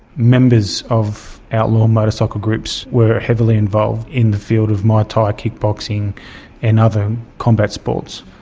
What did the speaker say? members of outlaw motorcycle groups were heavily involved in the field of muay thai kickboxing and other combat sports.